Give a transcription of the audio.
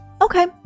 okay